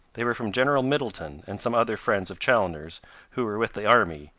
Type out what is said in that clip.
they were from general middleton, and some other friends of chaloner's who were with the army,